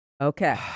Okay